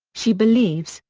she believes,